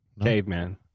Caveman